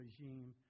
regime